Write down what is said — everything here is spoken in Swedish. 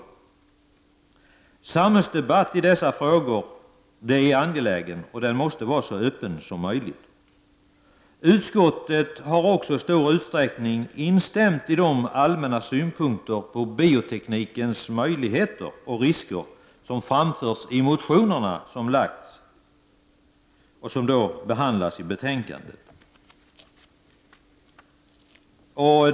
Det är angeläget med en samhällsdebatt i dessa frågor och den måste vara så öppen som möjligt. Utskottet har i stor utsträckning instämt i de allmänna synpunkter på bioteknikens möjligheter och risker som framförts i de motioner som avgivits och som behandlas i betänkandet.